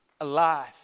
alive